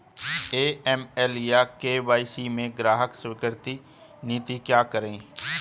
AML या KYC में ग्राहक स्वीकृति नीति का वर्णन करें?